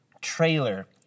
trailer